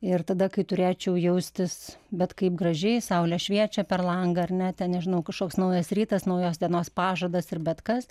ir tada kai turėčiau jaustis bet kaip gražiai saulė šviečia per langą ar ne ten nežinau kažkoks naujas rytas naujos dienos pažadas ir bet kas